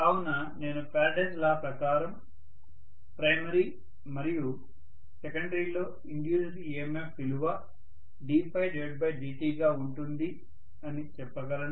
కావున నేను Faraday's law ప్రకారం ప్రైమరీ మరియు సెకండరీ లో ఇండ్యూస్డ్ EMF విలువ ddt గా ఉంటుంది అని చెప్పగలను